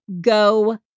go